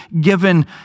given